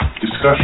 discussion